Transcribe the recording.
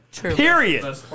Period